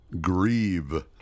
grieve